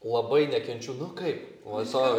labai nekenčiu nu kaip sau